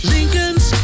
Lincolns